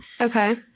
Okay